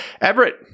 everett